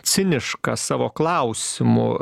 ciniškas savo klausimu